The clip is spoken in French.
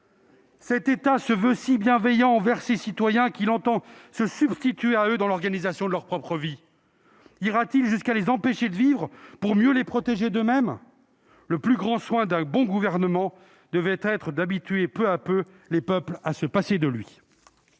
Cet État se veut si bienveillant envers ses citoyens qu'il entend se substituer à eux dans l'organisation de leur propre vie. Ira-t-il jusqu'à les empêcher de vivre pour mieux les protéger d'eux-mêmes ? Le plus grand soin d'un bon gouvernement devrait être d'habituer peu à peu les peuples à se passer de lui.